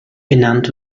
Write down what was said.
benannt